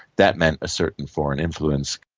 that meant a certain foreign influence.